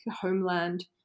Homeland